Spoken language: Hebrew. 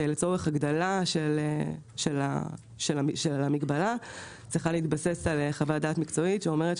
הגדלה של המגבלה צריכה להתבסס על חוות דעת מקצועית שאומרת,